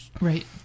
Right